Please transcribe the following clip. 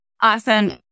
Awesome